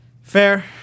Fair